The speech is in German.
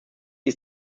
ist